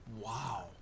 Wow